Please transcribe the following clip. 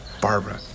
Barbara